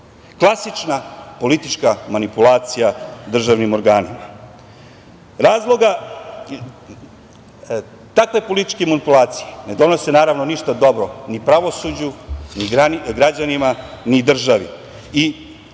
Klasična politička manipulacija državnim organima. Takve političke manipulacije ne donose ništa dobro ni pravosuđu, ni građanima, ni državi.